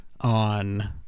on